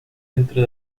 dentro